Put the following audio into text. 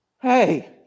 hey